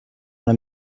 dans